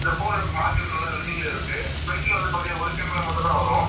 இந்த ஃபோனு இப்போ மார்க்கெட்டில நல்லா ரன்னிங்ல இருக்குது ஃப்ரண்ட்ல வந்து பார்த்தீங்கன்னா ஒரு கேமரா மட்டுந்தான் வரும்